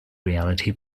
reality